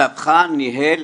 סבך ניהל